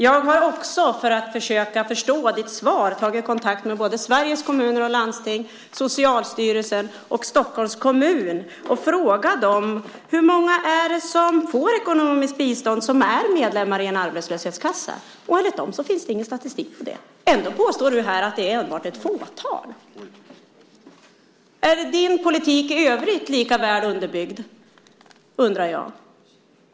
Jag har, för att försöka förstå svaret, tagit kontakt med Sveriges Kommuner och Landsting, Socialstyrelsen och Stockholms kommun och frågat dem hur många det är som är medlemmar i en arbetslöshetskassa och även får ekonomiskt bistånd. Enligt dem finns ingen statistik på det. Ändå påstår du, Sven Otto Littorin, att det bara är ett fåtal. Är din politik i övrigt lika väl underbyggd, undrar jag.